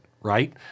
right